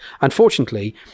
Unfortunately